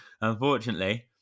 Unfortunately